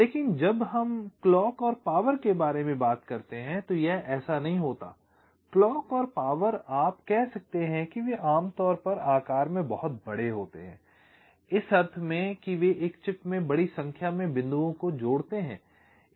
लेकिन जब हम क्लॉक और पावर के बारे में बात करते हैं तो यह ऐसा नहीं होता है क्लॉक और पावर आप कह सकते हैं कि वे आमतौर पर आकार में बहुत बड़े होते हैं इस अर्थ में कि वे एक चिप में बड़ी संख्या में बिंदुओं को जोड़ते हैं